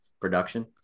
production